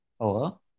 Hello